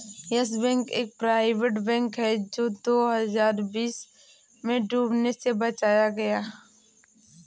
yes Bank एक private bank है जो दो हज़ार बीस में डूबने से बचाया गया